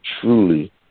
truly